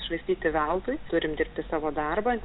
švaistyti veltui turim dirbti savo darbą